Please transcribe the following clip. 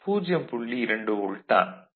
2 volt தான்